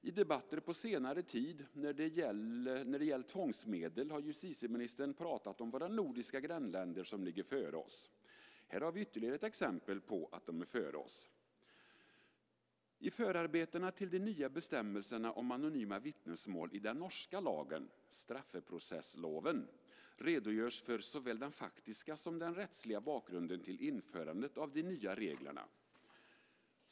I debatter på senare tid när det gällt tvångsmedel har justitieministern pratat om våra nordiska grannländer som ligger före oss. Här har vi ytterligare ett exempel där de är före oss. I förarbetena till de nya bestämmelserna om anonyma vittnesmål i straffeprosessloven i den norska lagen redogörs för såväl den faktiska som den rättsliga bakgrunden till införandet av de nya reglerna.